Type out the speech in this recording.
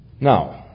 Now